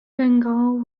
bengal